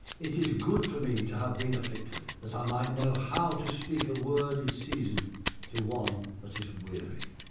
it is good for me to have been afflicted, that i might know how to speak a word in season to one that is weary.